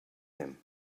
him